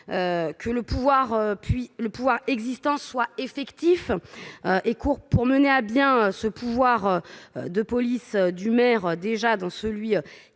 puis le pouvoir existant soit effectif et court pour mener à bien ce pouvoir de police du maire déjà dans celui